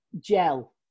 gel